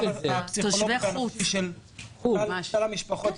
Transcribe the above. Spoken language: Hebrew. נפשי למשפחות,